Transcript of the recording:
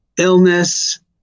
illness